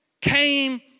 came